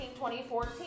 2014